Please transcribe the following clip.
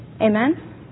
Amen